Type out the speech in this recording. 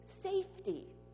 safety